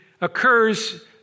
occurs